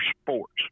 sports